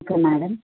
okay madam